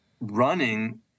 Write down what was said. running